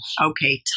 Okay